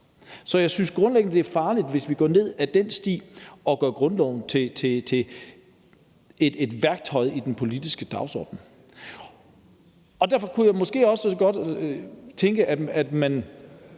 Så jeg synes grundlæggende, det er farligt, hvis vi går ned ad den sti og gør grundloven til et værktøj i den politiske diskussion. Derfor kunne jeg måske også godt tænke mig, at man